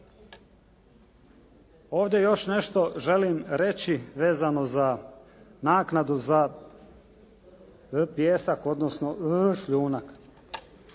Ovdje još nešto želim reći vezano za naknadu za pijesak odnosno šljunak.